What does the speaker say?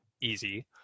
easy